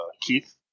Keith